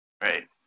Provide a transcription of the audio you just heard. Right